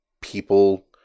people